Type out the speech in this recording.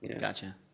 gotcha